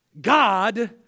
God